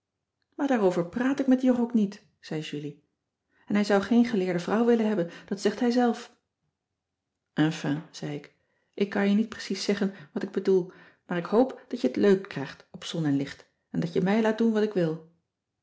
maar daarover praat ik met jog ook niet zei julie en hij zou geen geleerde vrouw willen hebben dat zegt hij zelf enfin zei ik ik kan je niet precies zeggen wat ik bedoel maar ik hoop dat je t leuk krijgt op zon en licht en dat je mij laat doen wat ik wil